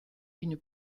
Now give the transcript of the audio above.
une